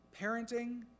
Parenting